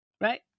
Right